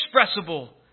inexpressible